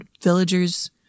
villagers